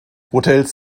hotels